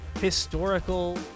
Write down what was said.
historical